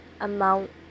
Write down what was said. amount